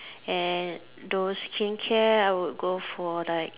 and those skincare I would go for like